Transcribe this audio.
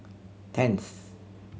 tenth